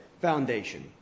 foundation